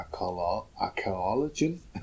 archaeologist